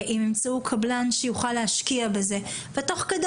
הם ימצאו קבלן שיוכל להשקיע בזה, ותוך כדי